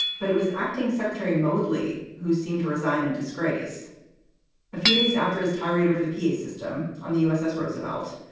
but it was acting secretary moodley who seemed to resign in disgrace a few days after his tirade over the p a. system on the uss roosevelt.